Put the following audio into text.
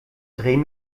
dreh